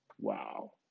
Wow